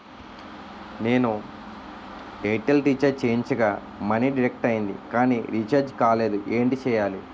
నేను Airtel recharge చేయించగా money deduct అయ్యింది కానీ రీఛార్జ్ కాలేదు ఏంటి చేయాలి?